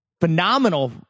phenomenal